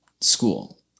school